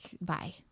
bye